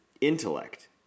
intellect